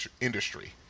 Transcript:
industry